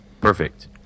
perfect